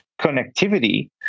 connectivity